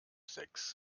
sechs